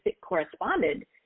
corresponded